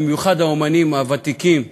ובמיוחד האמנים הוותיקים,